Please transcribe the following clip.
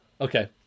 okay